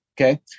Okay